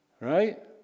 Right